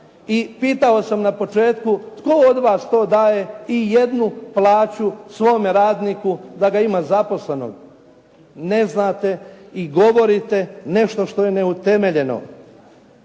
I pitao sam na početku tko od vas to daje ijednu plaću svome radniku da ga ima zaposlenog? Ne znate i govorite nešto što je neutemeljeno.